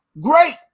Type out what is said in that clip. great